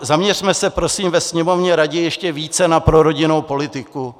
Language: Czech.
Zaměřme se prosím ve Sněmovně raději ještě více na prorodinnou politiku.